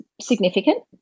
significant